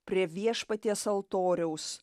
prie viešpaties altoriaus